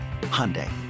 Hyundai